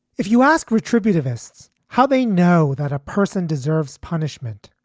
if you ask retributive ests how they know that a person deserves punishment,